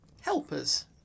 helpers